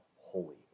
holy